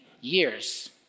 years